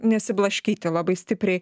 nesiblaškyti labai stipriai